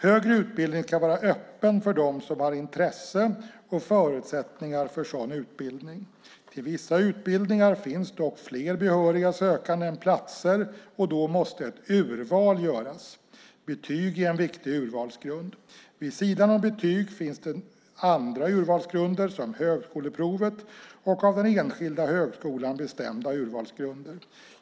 Högre utbildning ska vara öppen för dem som har intresse och förutsättningar för sådan utbildning. Till vissa utbildningar finns dock fler behöriga sökande än platser, och då måste ett urval göras. Betyg är en viktig urvalsgrund. Vid sidan om betyg finns det andra urvalsgrunder, såsom högskoleprovet och av den enskilda högskolan bestämda urvalsgrunder.